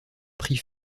prit